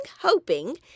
hoping